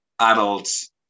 adults